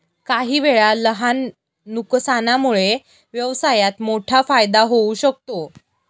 काहीवेळा लहान नुकसानामुळे व्यवसायात मोठा फायदा होऊ शकतो